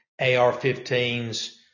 AR-15s